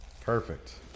Perfect